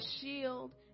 shield